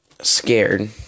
scared